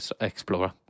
Explorer